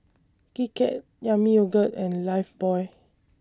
Kit Kat Yami Yogurt and Lifebuoy